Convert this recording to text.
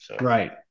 Right